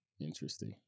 interesting